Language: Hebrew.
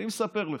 אני מספר לכם.